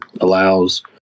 allows